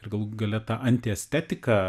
ir galų gale ta antiestetika